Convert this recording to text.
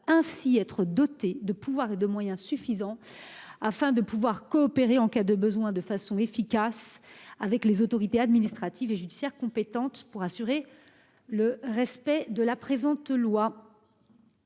ainsi être dotées de pouvoirs et de moyens suffisants afin de pouvoir coopérer, en cas de besoin, de façon efficace avec les autorités administratives et judiciaires compétentes pour assurer le respect des dispositions